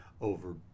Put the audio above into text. over